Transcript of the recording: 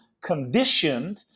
conditioned